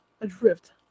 adrift